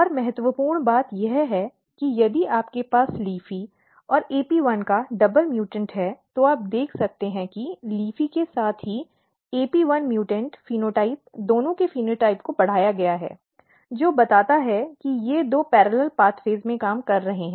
और महत्वपूर्ण बात यह है कि यदि आपके पास LEAFY और AP1 का दोहरा म्यूटॅन्ट है तो आप देख सकते हैं कि LEAFY के साथ ही AP1 म्यूटॅन्ट फेनोटाइप दोनों के फेनोटाइप को बढ़ाया गया है जो बताता है कि ये दो समानांतर मार्गों में काम कर रहे हैं